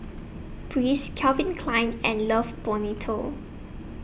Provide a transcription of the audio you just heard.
Breeze Calvin Klein and Love Bonito